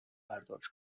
برداشت